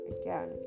again